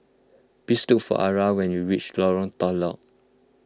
please look for Ara when you reach Lorong Telok